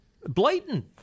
blatant